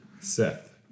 Seth